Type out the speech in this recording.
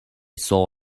saw